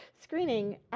screening